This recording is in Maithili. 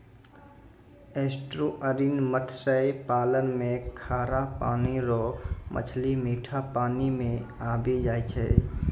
एस्टुअरिन मत्स्य पालन मे खारा पानी रो मछली मीठा पानी मे आबी जाय छै